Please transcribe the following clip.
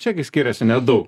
čiagi skiriasi nedaug